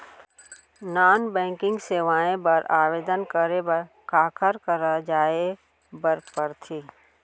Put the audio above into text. non banking सेवाएं बर आवेदन करे बर काखर करा जाए बर परथे